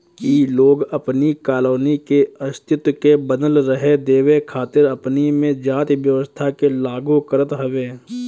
इ लोग अपनी कॉलोनी के अस्तित्व के बनल रहे देवे खातिर अपनी में जाति व्यवस्था के लागू करत हवे